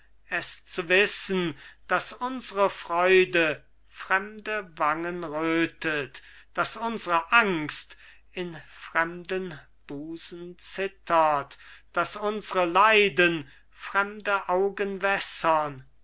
es zu wissen daß unsre freude fremde wangen rötet daß unsre angst in fremden busen zittert daß unsre leiden fremde augen wässern